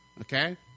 Okay